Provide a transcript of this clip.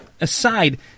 aside